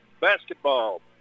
Basketball